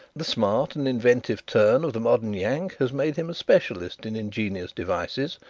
the smart and inventive turn of the modern yank has made him a specialist in ingenious devices,